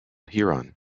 huron